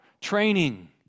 training